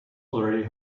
already